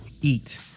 eat